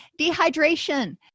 Dehydration